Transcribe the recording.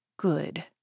Good